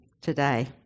today